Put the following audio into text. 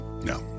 No